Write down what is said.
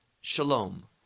Shalom